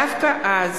דווקא אז